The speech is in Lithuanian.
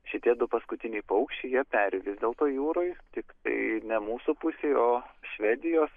šitie du paskutiniai paukščiai jie peri vis dėlto jūroj tiktai ne mūsų pusėj o švedijos